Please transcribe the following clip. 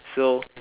so